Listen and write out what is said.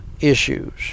issues